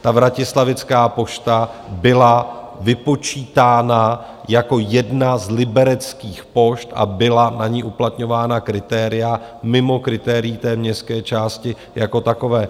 Ta vratislavická pošta byla vypočítána jako jedna z libereckých pošt a byla na ni uplatňována kritéria mimo kritérií té městské části jako takové.